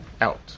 out